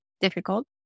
difficult